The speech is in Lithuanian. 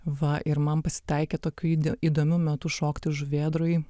va ir man pasitaikė tokiu įdomiu metu šokti žuvėdroj